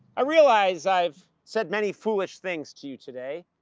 i realize i've said many foolish things to you today.